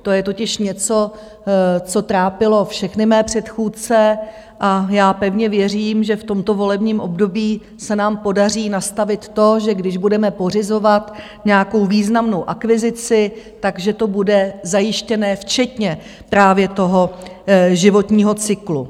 To je totiž něco, co trápilo všechny mé předchůdce, a já pevně věřím, že v tomto volebním období se nám podaří nastavit to, že když budeme pořizovat nějakou významnou akvizici, tak že to bude zajištěné, včetně právě toho životního cyklu.